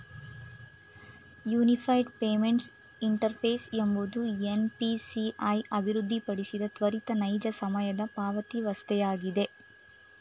unified payments interface ಎಂಬುದು NPCI ಅಭಿವೃದ್ಧಿಪಡಿಸಿದ ತ್ವರಿತ ನೈಜ ಸಮಯದ ಪಾವತಿವಸ್ಥೆಯಾಗಿದೆ